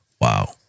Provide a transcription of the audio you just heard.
Wow